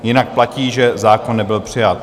Jinak platí, že zákon nebyl přijat.